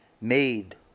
made